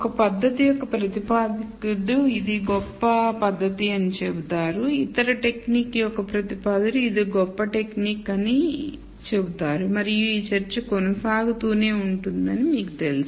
ఒక టెక్నిక్ యొక్క ప్రతిపాదకుడు ఇది ఒక గొప్ప టెక్నిక్ అని చెబుతారు ఇతర టెక్నిక్ యొక్క ప్రతిపాదకుడు అది ఒక గొప్ప టెక్నిక్ అని చెబుతారు మరియు ఈ చర్చ కొనసాగుతూనే ఉంటుందని మీకు తెలుసు